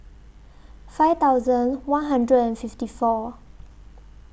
five thousand one hundred and fifty four